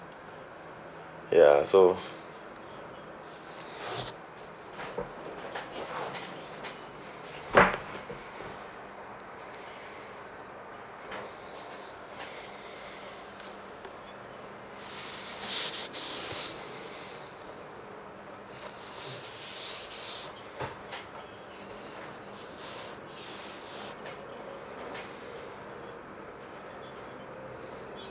ya so